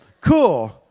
Cool